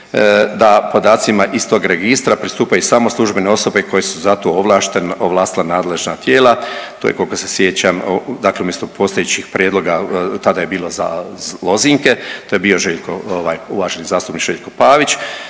da podacima iz tog registra pristupaju samo službene osobe koje su za to ovlastila nadležna tijela. To je koliko se sjećam dakle umjesto postojećih prijedloga tada je bilo za lozinke to je bio Željko ovaj uvaženi zastupnik Željko Pavić.